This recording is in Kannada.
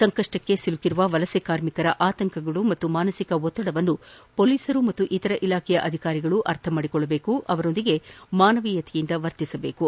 ಸಂಕಷ್ಟಕ್ಕೆ ಶಿಲುಕಿರುವ ವಲಸೆ ಕಾರ್ಮಿಕರ ಆತಂಕ ಮತ್ತು ಮಾನಸಿಕ ಒತ್ತಡವನ್ನು ಪೊಲೀಸ್ ಮತ್ತು ಇತರ ಇಲಾಖೆಯ ಅಧಿಕಾರಿಗಳು ಅರ್ಥಮಾಡಿಕೊಂಡು ಅವರೊಂದಿಗೆ ಮಾನವೀಯತೆಯಿಂದ ವರ್ತಿಸಬೇಕು